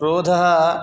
क्रोधः